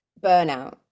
burnout